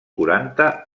quaranta